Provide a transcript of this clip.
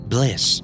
Bliss